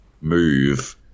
move